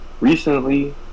recently